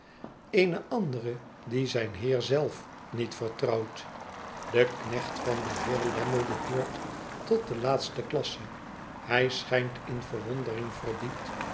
eene andere die zijn heer zelf niet vertrouwt de knecht van den heer lammie behoort tot de laatste klasse hl schijnt in verwondering verdiept